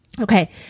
Okay